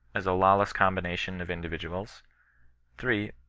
as a lawless combination of indi tiduals three.